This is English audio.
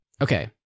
Okay